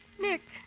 Nick